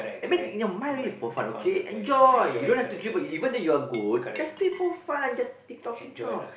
I mean in your mind already for fun okay enjoy you don't have to dribble even though your are good just play of fun just tick tock tick tock